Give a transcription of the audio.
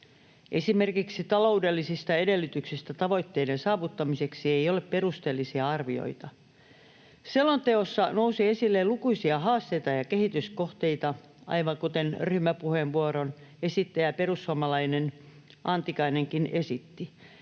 Esimerkiksi taloudellisista edellytyksistä tavoitteiden saavuttamiseksi ei ole perusteellisia arvioita. Selonteossa nousi esille lukuisia haasteita ja kehityskohteita, aivan kuten ryhmäpuheenvuoron esittäjä, perussuomalainen Antikainenkin esitti.